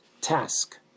task